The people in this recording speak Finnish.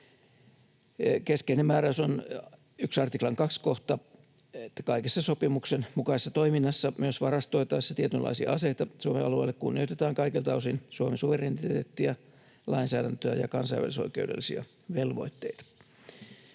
Keskeinen määräys on 1 artiklan 2 kohta, että kaikessa sopimuksen mukaisessa toiminnassa, myös varastoitaessa tietynlaisia aseita Suomen alueelle, kunnioitetaan kaikilta osin Suomen suvereniteettia, lainsäädäntöä ja kansainvälisoikeudellisia velvoitteita.